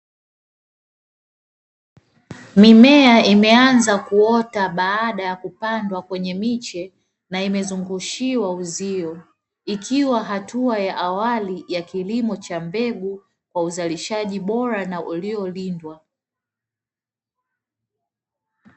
Mimea imeanza kuota baada ya kupandwa kwenye miche na imezungushiwa uzio, ikiwa hatua ya awali ya kilimo cha mbegu kwa uzalishaji bora na uliolindwa.